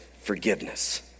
forgiveness